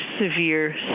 severe